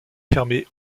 fermé